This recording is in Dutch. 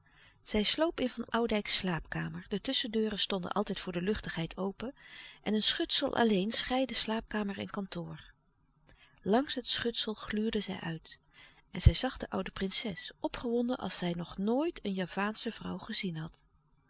zij sloop in van oudijcks slaapkamer de tusschendeuren stonden altijd voor de luchtigheid open en een schutsel alleen scheidde slaapkamer en kantoor langs het schutsel gluurde zij uit en zij zag de oude prinses opgewonden als zij nog nooit een javaansche vrouw gezien had